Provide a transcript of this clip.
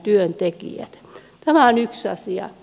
tämä on yksi asia